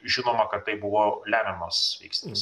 žinoma kad tai buvo lemiamas veiksnys